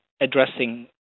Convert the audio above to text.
addressing